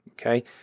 Okay